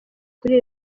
kuri